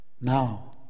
now